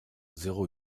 zéro